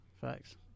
Facts